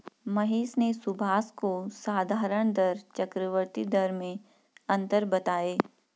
महेश ने सुभाष को साधारण दर चक्रवर्ती दर में अंतर बताएं